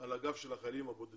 על האוכלוסייה --- העניין הוא כזה,